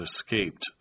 escaped